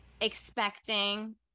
expecting